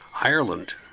Ireland